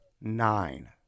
nine